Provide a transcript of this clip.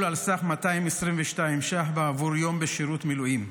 על סך 222 שקל בעבור יום בשירות מילואים.